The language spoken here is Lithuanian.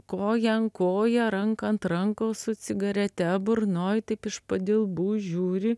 koją ant koją ranką ant rankos su cigarete burnoj taip iš padilbų žiūri